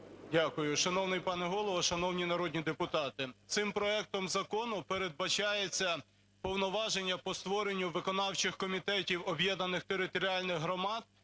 Дякую. Шановний пане Голово! Шановні народні депутати! Цим проектом закону передбачається повноваження по створенню виконавчих комітетів об'єднаних територіальних громад